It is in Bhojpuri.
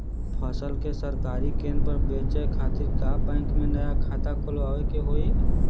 फसल के सरकारी केंद्र पर बेचय खातिर का बैंक में नया खाता खोलवावे के होई?